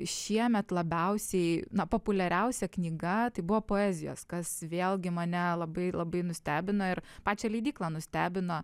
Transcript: šiemet labiausiai na populiariausia knyga tai buvo poezijos kas vėlgi mane labai labai nustebino ir pačią leidyklą nustebino